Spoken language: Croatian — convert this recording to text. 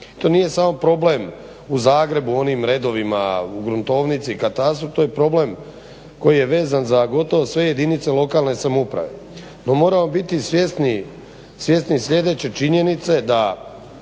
To nije samo problem u Zagrebu u onim redovima u gruntovnici i katastru, to je problem koji je vezan za gotovo sve jedinice lokalne samouprave. No moramo biti svjesni sljedeće činjenice, da